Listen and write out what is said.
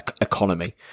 economy